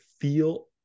feel